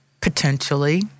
potentially